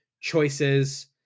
choices